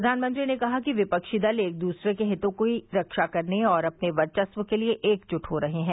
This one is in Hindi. प्रधानमंत्री ने कहा कि विपक्षी दल एक दूसरे के हितों की रक्षा करने और अपने वर्चस्व के लिये एकजुट हो रहे हैं